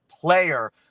player